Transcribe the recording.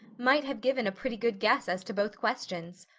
might have given a pretty good guess as to both questions.